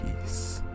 peace